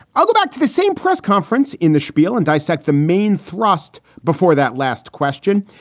i'll go back to the same press conference in the spiel and dissect the main thrust before that last question.